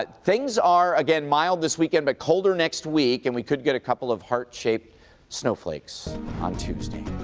ah things are again mild this weekend but colder next week. and we could get a couple of heart-shaped snowflakes on tuesday.